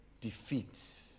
defeats